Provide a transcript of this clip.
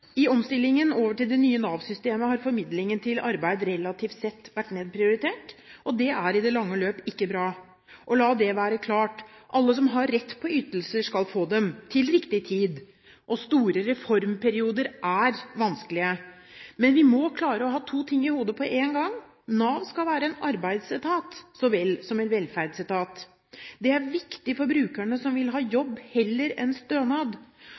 I omstillingen over til det nye Nav-systemet har formidlingen til arbeid relativt sett vært nedprioritert. Det er i det lange løp ikke bra. La det være klart: Alle som har rett på ytelser, skal få dem – til riktig tid. Og store reformperioder er vanskelige. Men vi må klare å ha to ting i hodet på én gang: Nav skal være en arbeidsetat så vel som en velferdsetat. Det er viktig for brukerne som vil ha jobb heller enn stønad,